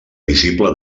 visible